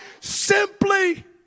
simply